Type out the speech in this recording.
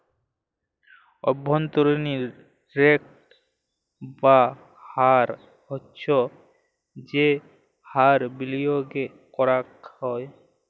অব্ভন্তরীন রেট বা হার হচ্ছ যেই হার বিলিয়গে করাক হ্যয়